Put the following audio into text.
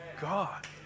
God